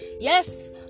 Yes